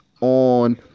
on